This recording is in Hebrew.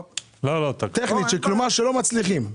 טכנית, לא מצליחים?